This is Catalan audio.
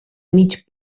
mig